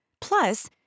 plus